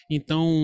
Então